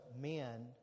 men